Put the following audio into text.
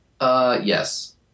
Yes